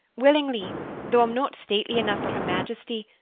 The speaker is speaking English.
willingly though i'm not stately enough for her majesty,